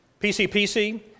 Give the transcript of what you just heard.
PCPC